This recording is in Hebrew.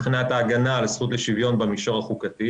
בחינת ההגנה על זכות לשוויון במישור החוקתי